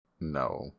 No